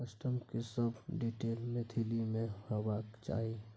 customer के सब detail Maithili में होबाक चाही